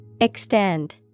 Extend